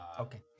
Okay